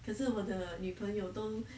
可是我的女朋友都